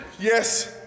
Yes